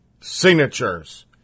signatures